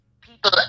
people